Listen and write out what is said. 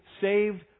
saved